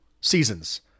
seasons